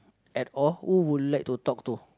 at all who would you like to talk to